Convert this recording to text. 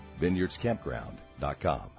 VineyardsCampground.com